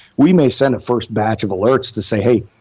we may send a first batch of alerts to say, hey,